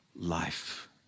life